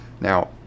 now